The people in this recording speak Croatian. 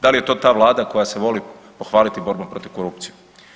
Da li je to ta Vlada koja se voli pohvaliti borbom protiv korupcije?